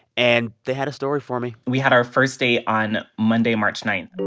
and they had a story for me we had our first date on monday, march nine